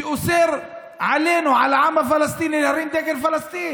שאוסר עלינו, על העם הפלסטיני, להרים דגל פלסטין,